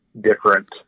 different